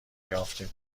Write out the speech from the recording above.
یافتیم